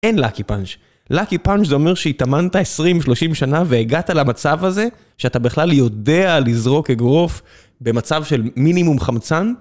אין לאקי פאנץ'. לאקי פאנץ' זה אומר שהתאמנת 20-30 שנה והגעת למצב הזה, שאתה בכלל יודע לזרוק אגרוף במצב של מינימום חמצן.